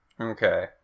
Okay